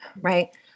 Right